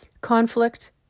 Conflict